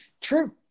True